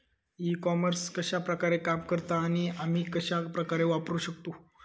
E commerce कश्या प्रकारे काम करता आणि आमी कश्या प्रकारे वापराक शकतू?